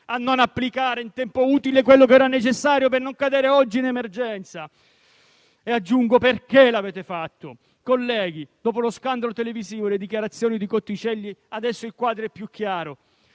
a non applicare in tempo utile quanto necessario per non cadere in emergenza. Aggiungo che potrà dire perché l'avete fatto. Colleghi, dopo lo scandalo televisivo e le dichiarazioni di Cotticelli, adesso il quadro è più chiaro: